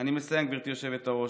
אני מסיים, גברתי היושבת-ראש.